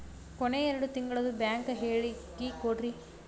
ಕೊನೆ ಎರಡು ತಿಂಗಳದು ಬ್ಯಾಂಕ್ ಹೇಳಕಿ ಕೊಡ್ರಿ